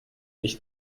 ich